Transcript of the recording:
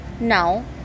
Now